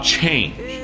change